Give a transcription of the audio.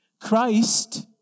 Christ